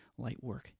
Lightwork